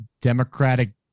democratic